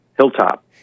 hilltop